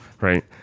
right